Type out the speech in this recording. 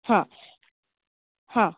हां हां